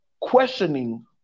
questioning